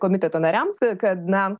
komiteto nariams kad na